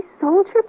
soldier